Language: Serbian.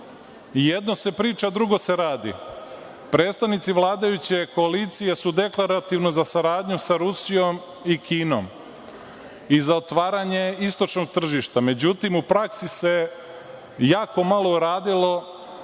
jedno se priča a drugo se radi. Predstavnici vladajuće koalicije su deklarativno za saradnju sa Rusijom i Kinom i za otvaranje istočnog tržišta. Međutim, u praksi se jako malo uradilo